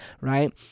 right